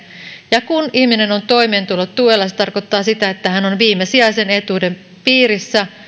ja kun ihminen on toimeentulotuella se tarkoittaa sitä että hän on viimeisijaisen etuuden piirissä